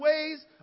ways